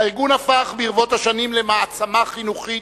הארגון הפך ברבות השנים למעצמה חינוכית,